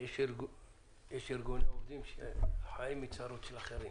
יש ארגוני עובדים שחיים מצרות של אחרים.